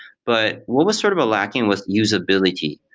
but what was sort of lacking was usability.